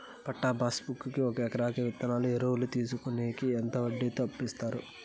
పట్టా passbook కి ఒక ఎకరాకి విత్తనాలు, ఎరువులు తీసుకొనేకి ఎంత వడ్డీతో అప్పు ఇస్తారు?